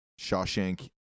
Shawshank